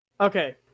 Okay